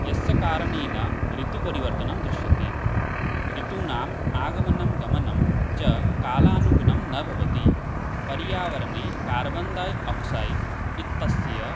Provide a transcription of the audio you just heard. यस्य कारणेन ऋतुपरिवर्तनं दृश्यते ऋतूनाम् आगमनं गमनं च कालानुगुणं न भवति पर्यावरणे कार्बन् डैयोक्सैड् इत्यस्य